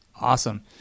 Awesome